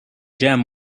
gem